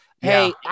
Hey